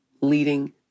leading